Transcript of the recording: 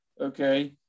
okay